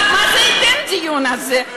מה זה ייתן, הדיון הזה?